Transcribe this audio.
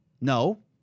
No